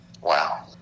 Wow